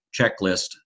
checklist